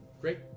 Great